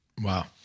Wow